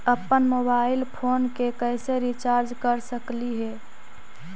अप्पन mobile phone के कैसे रिचार्ज कर सकली हे?